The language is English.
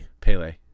Pele